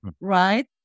right